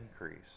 increase